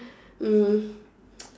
um